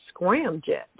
scramjet